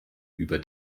über